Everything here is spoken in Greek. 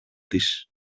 της